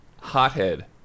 Hothead